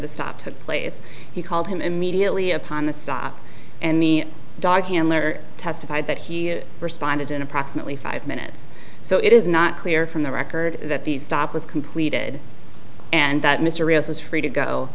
the stop took place he called him immediately upon the stop and me dog handler testified that he responded in approximately five minutes so it is not clear from the record that the stop was completed and that mysterious was free to go